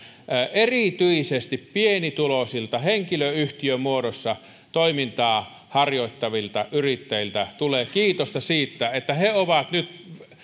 erityisesti pienituloisilta henkilöyhtiömuodossa toimintaa harjoittavilta yrittäjiltä tulee kiitosta siitä että heidät on nyt